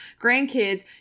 grandkids